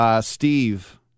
Steve